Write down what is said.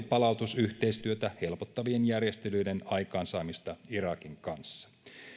palautusyhteistyötä helpottavien järjestelyiden aikaansaamista irakin kanssa